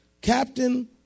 Captain